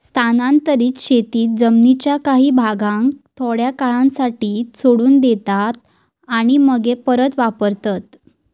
स्थानांतरीत शेतीत जमीनीच्या काही भागाक थोड्या काळासाठी सोडून देतात आणि मगे परत वापरतत